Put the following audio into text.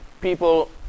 people